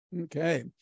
okay